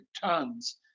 tons